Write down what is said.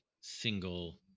single